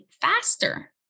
faster